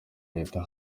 leta